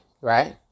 right